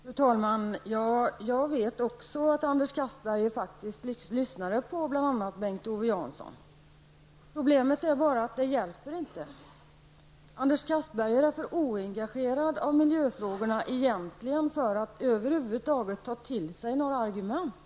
Fru talman! Jag vet också att Anders Castberger faktiskt lyssnade till bl.a. Bengt-Owe Jansson. Problemet är bara att det inte hjälper. Anders Castberger är egentligen för oengagerad i miljöfrågorna för att över huvud taget ta till sig några argument.